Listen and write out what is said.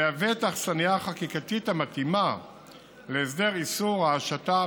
המהווה את האכסניה החקיקתית המתאימה להסדר איסור ההשטה,